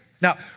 Now